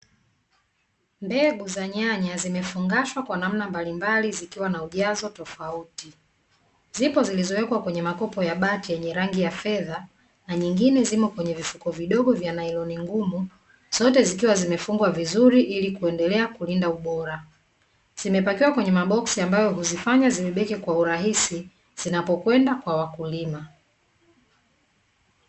Mbegu za nyanya zimefungashwa kwa namna mbalimbali, zikiwa na ujazo tofauti, zipo zilizowekwa kwenye makopo ya bati yenye rangi ya fedha na nyingine zipo kwenye vifuko vidogo vya nailoni ngumu, zote zikiwa zimefungwa vizuri ili kuendelea kulinda ubora. Zimepakiwa kwenye maboksi ambayo huzifanya zibebeke kwa urahisi zinapokwenda kwa wakulima.